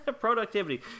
Productivity